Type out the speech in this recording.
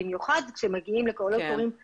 במיוחד כשמגיעים לקולות קוראים גדולים,